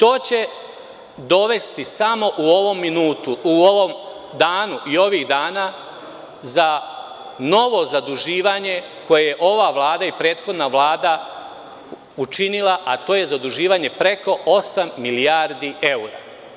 To će dovesti samo u ovom minutu, u ovom danu i ovih dana do novog zaduživanja koje je ova Vlada i prethodna Vlada učinila, a to je zaduživanje za preko osam milijardi evra.